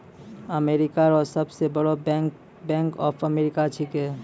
America रो सब से बड़ो बैंक बैंक ऑफ अमेरिका छैकै